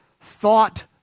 thought